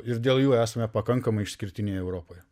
ir dėl jų esame pakankamai išskirtiniai europoje